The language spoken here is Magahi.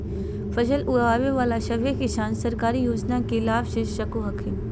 फसल उगाबे बला सभै किसान सरकारी योजना के लाभ ले सको हखिन